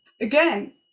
again